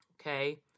Okay